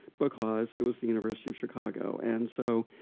because it was the university of chicago. and so,